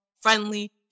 friendly